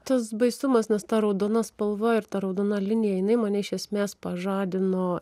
tas baisumas nes ta raudona spalva ir ta raudona linija jinai mane iš esmės pažadino